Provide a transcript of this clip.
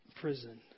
prison